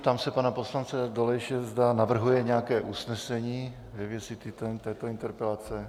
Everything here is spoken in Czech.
Ptám se pana poslance Dolejše, zda navrhuje nějaké usnesení ve věci této interpelace.